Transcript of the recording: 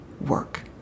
work